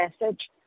message